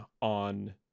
on